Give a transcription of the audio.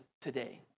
today